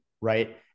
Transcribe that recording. right